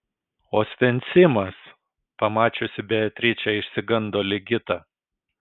osvencimas pamačiusi beatričę išsigando ligita